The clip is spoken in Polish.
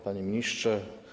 Panie Ministrze!